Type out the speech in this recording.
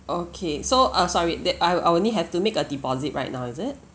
okay so uh sorry then I'll I'll need to have to make a deposit right now is it